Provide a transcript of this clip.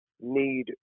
need